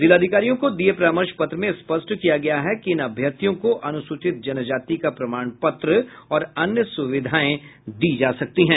जिलाधिकारियों को दिये परामर्श पत्र में स्पष्ट किया गया है कि इन अभ्यर्थियों को अनुसूचित जनजाति का प्रमाण पत्र और अन्य सुविधाएं दी जा सकती हैं